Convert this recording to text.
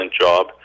job